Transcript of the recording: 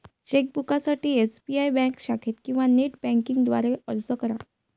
चेकबुकसाठी SBI bank शाखेत किंवा नेट बँकिंग द्वारे अर्ज करा